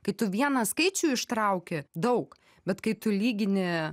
kai tu vieną skaičių ištrauki daug bet kai tu lygini